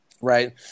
Right